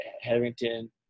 Harrington